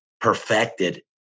perfected